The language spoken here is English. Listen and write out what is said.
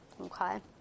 Okay